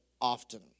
often